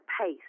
pace